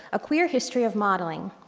a queer history of modeling,